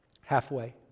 Halfway